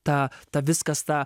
ta ta viskas ta